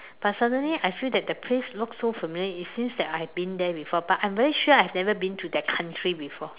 but suddenly I feel that the place look so familiar it seems that I have been there before but I'm very sure I've never been to that country before